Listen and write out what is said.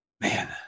man